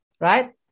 right